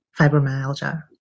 fibromyalgia